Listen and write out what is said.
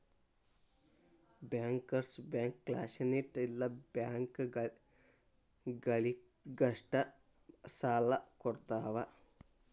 bankers bank community ಇಲ್ಲ ಬ್ಯಾಂಕ ಗಳಿಗಷ್ಟ ಸಾಲಾ ಕೊಡ್ತಾವ